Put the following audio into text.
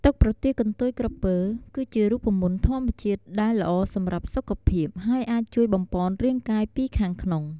ទឹកប្រទាលកន្ទុយក្រពើ គឺជារូបមន្តធម្មជាតិដែលល្អសម្រាប់សុខភាព ហើយអាចជួយបំប៉នរាងកាយពីខាងក្នុង។